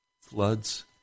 floods